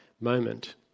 moment